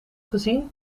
gezien